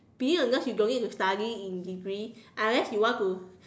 being a nurse you don't need to study in degree unless you want to